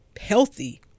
healthy